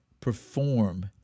perform